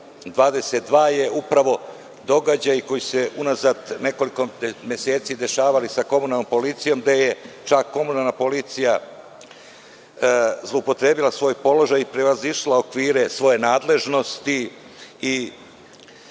22. i događaji koji su se unazad nekoliko meseci dešavali sa komunalnom policijom, gde je komunalna policija zloupotrebila svoj položaj i prevazišla okvire svoje nadležnosti i